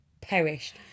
perished